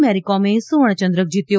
મેરીકોમે સુવર્ણ ચંદ્રક જીત્યો